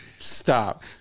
Stop